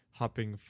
hopping